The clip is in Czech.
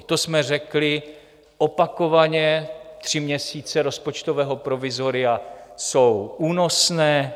To jsme řekli opakovaně, tři měsíce rozpočtového provizoria jsou únosné.